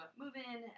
move-in